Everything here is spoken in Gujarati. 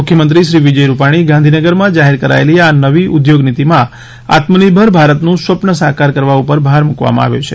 મુખ્યમંત્રી શ્રી વિજય રૂપાણી ગાંધીનગરમાં જાહેર કરાયેલી આ નવી ઉધોગ નીતિમાં આત્મનિર્ભર ભારતનું સ્વપ્ન સાકર કરવા ઉપર ભાર મૂકવામાં આવ્યો છે